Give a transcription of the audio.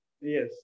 Yes